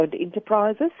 enterprises